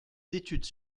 d’études